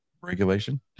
regulation